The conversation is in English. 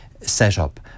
setup